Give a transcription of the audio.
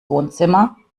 wohnzimmer